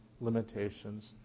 limitations